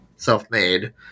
self-made